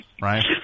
right